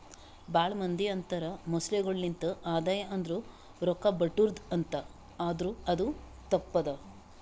ಭಾಳ ಮಂದಿ ಅಂತರ್ ಮೊಸಳೆಗೊಳೆ ಲಿಂತ್ ಆದಾಯ ಅಂದುರ್ ರೊಕ್ಕಾ ಬರ್ಟುದ್ ಅಂತ್ ಆದುರ್ ಅದು ತಪ್ಪ ಅದಾ